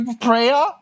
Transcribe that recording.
prayer